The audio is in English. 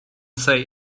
say